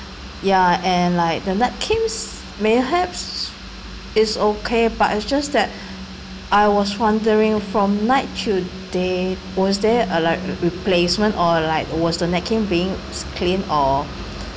ya and like the napkins may have it's okay but it's just that I was wondering from night to day was there uh like replacement or like was the napkin being s~ clean or